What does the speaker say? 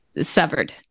severed